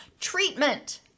treatment